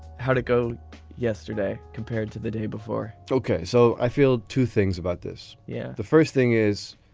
how'd it go yesterday compared to the day before okay. so i feel two things about this yeah the first thing is